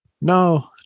no